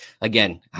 again